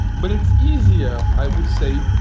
but it's easier, i would say,